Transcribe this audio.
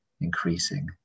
increasing